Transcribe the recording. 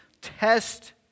Test